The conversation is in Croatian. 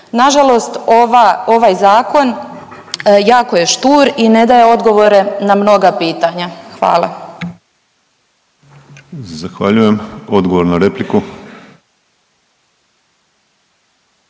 Nažalost ovaj zakon jako je štur i ne daje odgovore na mnoga pitanja. Hvala. **Penava, Ivan (DP)** Zahvaljujem. Odgovor na repliku.